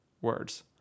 words